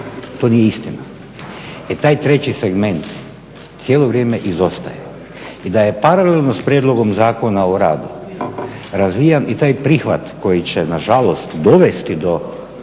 To nije istina. E taj treći segment cijelo vrijeme izostaje. I da je paralelno s prijedlogom Zakona o radu razvijan i taj prihvat koji će nažalost dovesti do